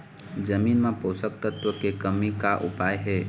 जमीन म पोषकतत्व के कमी का उपाय हे?